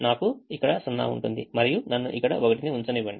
నాకు ఇక్కడ 0 ఉంటుంది మరియు నన్ను ఇక్కడ 1ని ఉంచనివ్వండి